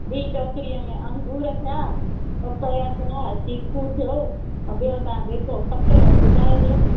बि टोकरीअ में अंगूर थिया पपाया थिया चीकू थियो त ॿियों तव्हां जेको खपेव ॿुधाइजो